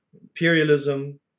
imperialism